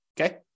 okay